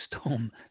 Storm